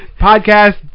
podcast